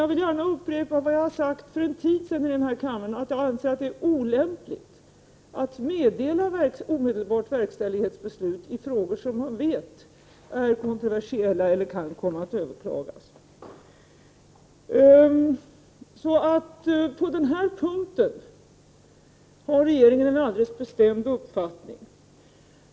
Jag vill också upprepa vad jag sade för en tid sedan här i kammaren, nämligen att jag anser det vara olämpligt att meddela beslut om omedelbar verkställighet i frågor som man vet är kontroversiella eller där beslutet kan komma att överklagas. På den här punkten har regeringen alltså en alldeles bestämd uppfattning.